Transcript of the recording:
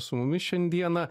su mumis šiandieną